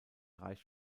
reicht